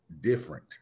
different